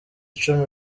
icumi